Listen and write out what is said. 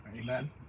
Amen